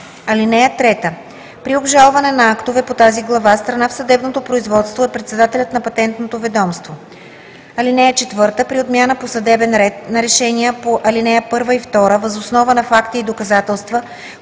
(3) При обжалване на актове по тази глава страна в съдебното производство е председателят на Патентното ведомство. (4) При отмяна по съдебен ред на решения по ал. 1 и 2 въз основа на факти и доказателства,